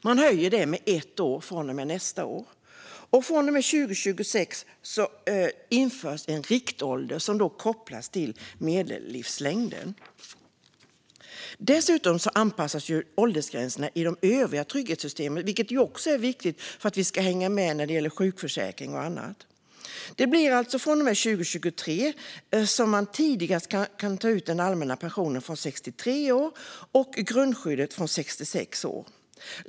Man höjer detta med ett år från och med nästa år. Från och med 2026 införs en riktålder som kopplas till medellivslängden. Dessutom anpassas åldersgränserna i de övriga trygghetssystemen, vilket också är viktigt för att vi ska hänga med när det gäller sjukförsäkring och annat. Det blir alltså från och med 2023 som man tidigast kan ta ut den allmänna pensionen från 63 år och grundskyddet från 66 år.